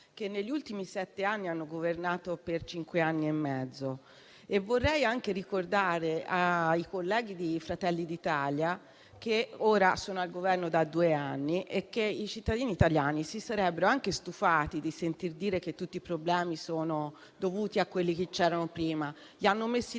che negli ultimi sette anni hanno governato per cinque anni e mezzo. Vorrei anche ricordare ai colleghi di Fratelli d'Italia che sono al Governo da due anni e che i cittadini italiani si sarebbero anche stufati di sentir dire che tutti i problemi sono dovuti a quelli che c'erano prima. Li hanno messi lì